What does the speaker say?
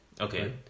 Okay